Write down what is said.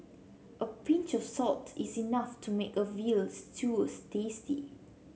a pinch of salt is enough to make a veal stews tasty